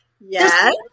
Yes